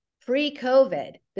pre-COVID